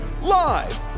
live